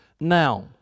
Now